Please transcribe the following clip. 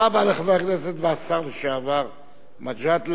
תודה רבה לחבר הכנסת והשר לשעבר מג'אדלה.